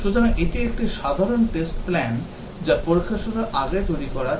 সুতরাং এটি একটি সাধারণ test plan যা পরীক্ষা শুরুর আগে তৈরি করা হয়